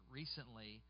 recently